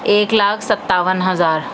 ایک لاکھ ستاون ہزار